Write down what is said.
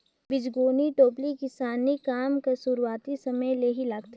बीजगोनी टोपली किसानी काम कर सुरूवाती समे ले ही लागथे